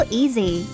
easy